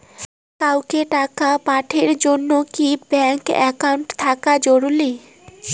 কাউকে টাকা পাঠের জন্যে কি ব্যাংক একাউন্ট থাকা জরুরি?